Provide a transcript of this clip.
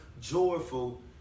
joyful